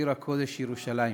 עיר הקודש ירושלים,